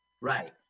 Right